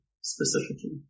specifically